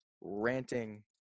ranting